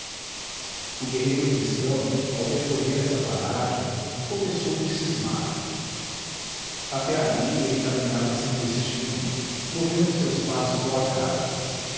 o guerreiro cristão ao percorrer essa paragem começou de cismar até ali ele caminhava sem destino movendo seus passos ao acaso